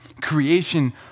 Creation